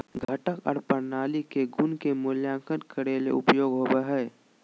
घटक आर प्रणाली के गुण के मूल्यांकन करे ले उपयोग होवई हई